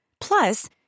Plus